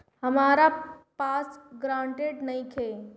हमरा पास ग्रांटर नइखे?